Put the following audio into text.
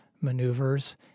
maneuvers